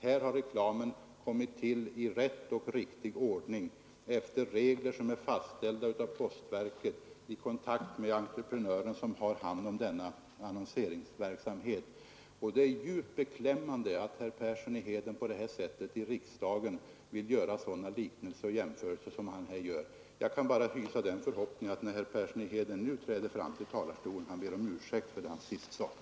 Här har reklamen kommit till i rätt och riktig ordning efter regler som är fastställda av postverket och i kontakt med den entreprenör som har hand om denna annonseringsverksamhet. Det är djupt beklämmande att herr Persson i Heden i riksdagen vill göra sådana liknelser och jämförelser som han här gör. Jag kan bara hysa förhoppningen att herr Persson i Heden när han nu träder fram till talarstolen ber om ursäkt för det han sist sade.